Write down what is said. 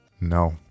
No